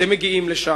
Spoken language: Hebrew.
אתם מגיעים לשם,